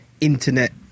internet